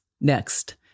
Next